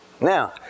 Now